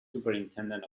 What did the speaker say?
superintendent